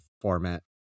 format